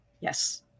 yes